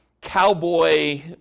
cowboy